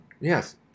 Yes